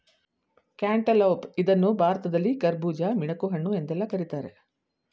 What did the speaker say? cantaloupe ಇದನ್ನು ಭಾರತದಲ್ಲಿ ಕರ್ಬುಜ, ಮಿಣಕುಹಣ್ಣು ಎಂದೆಲ್ಲಾ ಕರಿತಾರೆ